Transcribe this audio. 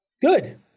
Good